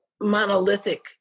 monolithic